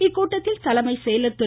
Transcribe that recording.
இக்கூட்டத்தில் தலைமை செயலர் திரு